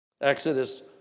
Exodus